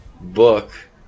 book